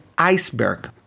iceberg